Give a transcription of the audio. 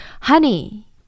Honey